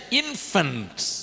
infants